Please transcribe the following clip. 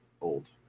old